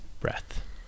breath